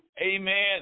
amen